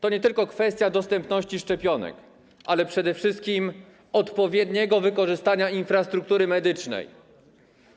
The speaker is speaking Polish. To nie tylko kwestia dostępności szczepionek, ale przede wszystkim odpowiedniego wykorzystania infrastruktury medycznej.